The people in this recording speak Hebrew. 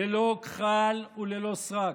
ללא כחל וללא סרק.